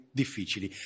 difficili